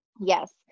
Yes